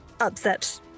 upset